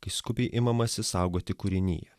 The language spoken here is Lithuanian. kai skubiai imamasi saugoti kūriniją